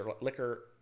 liquor